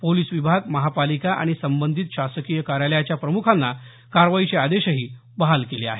police विभाग महानगरपालिका आणि संबंधित शासकीय कार्यालयाच्या प्रमुखांना कारवाईचे आदेश बहाल केले आहेत